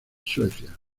suecia